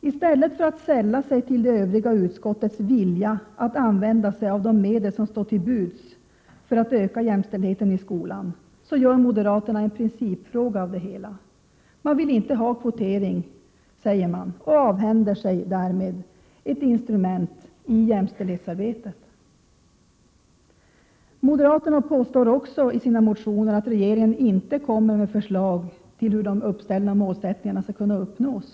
I stället för att ansluta sig till det övriga utskottets vilja att använda sig av de medel som står till buds för att öka jämställdheten i skolan, gör moderaterna en principfråga av det hela. Man vill, säger man, inte ha kvotering och avhänder sig därmed ett instrument i jämställdhetsarbetet. Moderaterna påstår i sina motioner också att regeringen inte kommer med förslag på hur de uppställda målsättningarna skall kunna uppnås.